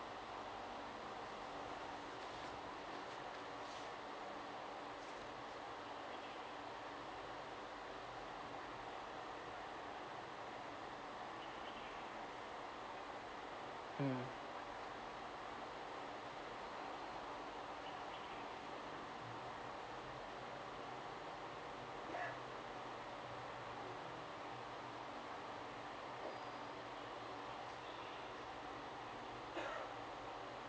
mm